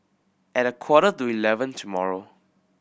at a quarter to eleven tomorrow